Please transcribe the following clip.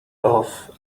off